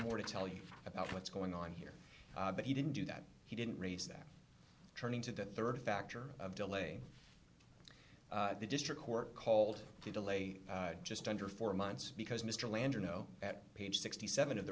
more to tell you about what's going on here but he didn't do that he didn't raise that turning to the rd factor of delay the district court called to delay just under four months because mr landor know at page sixty seven